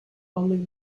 only